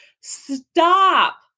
Stop